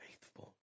faithful